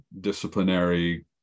disciplinary